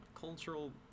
cultural